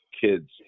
kids